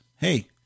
hey